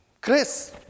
Chris